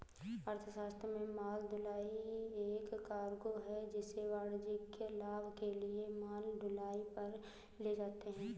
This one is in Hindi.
अर्थशास्त्र में माल ढुलाई एक कार्गो है जिसे वाणिज्यिक लाभ के लिए माल ढुलाई पर ले जाते है